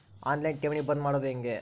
On line ಠೇವಣಿ ಬಂದ್ ಮಾಡೋದು ಹೆಂಗೆ?